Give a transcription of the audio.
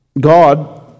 God